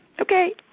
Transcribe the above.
Okay